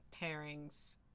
pairings